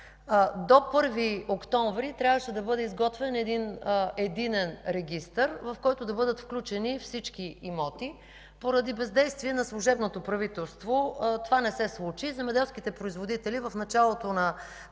до 1 октомври трябваше да бъде изготвен един Единен регистър, в който да бъдат включени всички имоти. Поради бездействие на служебното правителство това не се случи и земеделските производители в началото на